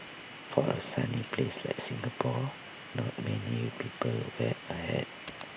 for A sunny place like Singapore not many people wear A hat